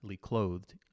clothed